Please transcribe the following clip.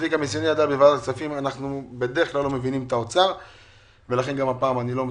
אנחנו בדרך-כלל לא מבינים את האוצר ולכן גם הפעם אני לא מצפה.